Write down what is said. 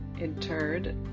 interred